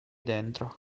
dentro